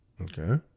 Okay